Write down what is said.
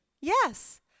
Yes